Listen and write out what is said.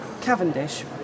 Cavendish